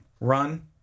run